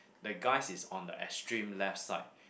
the guys is on the extreme left side